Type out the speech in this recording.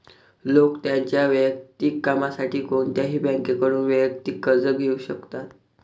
लोक त्यांच्या वैयक्तिक कामासाठी कोणत्याही बँकेकडून वैयक्तिक कर्ज घेऊ शकतात